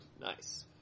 Nice